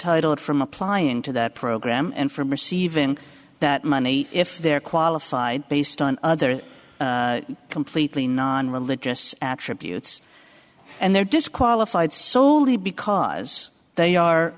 titled from applying to that program and from receiving that money if they're qualified based on other completely non religious attributes and they're disqualified so many because they are